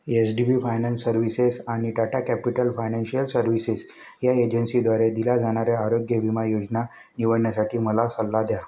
H D B finance services आणि Tata capital financial services या एजन्सीद्वारे दिल्या जाणाऱ्या आरोग्य विमा योजना निवडण्यासाठी मला सल्ला द्या